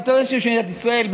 באינטרסים של מדינת ישראל,